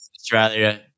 Australia